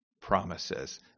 promises